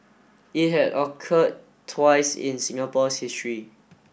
it had occurred twice in Singapore's history